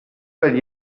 weil